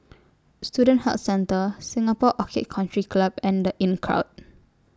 Student Health Centre Singapore Orchid Country Club and The Inncrowd